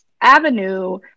avenue